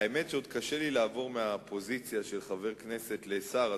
והאמת שעוד קשה לי לעבור מהפוזיציה של חבר כנסת לזו של שר,